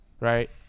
right